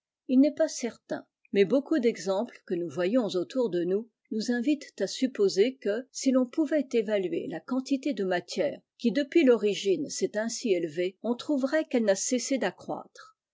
il n'est pas certain mi beaucoup d'exemples que nous voyons autour de nous nous invitent à supposer que si ton pouvait évaluer la quantité de matière qui depuis l'origine s'est ainsi élevée on trouverait qu'elle n'a cessé d'accroître